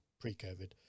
pre-COVID